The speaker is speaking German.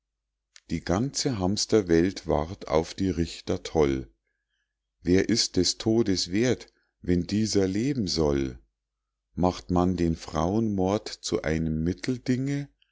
die ganze hamsterwelt ward auf die richter toll wer ist des todes werth wenn dieser leben soll macht man den frauenmord zu einem mitteldinge